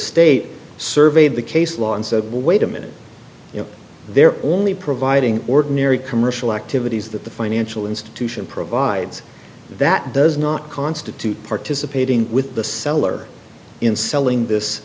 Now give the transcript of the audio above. state surveyed the case law and said wait a minute you know they're only providing ordinary commercial activities that the financial institution provides the that does not constitute participating with the seller in selling this